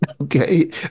Okay